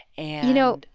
and. you know,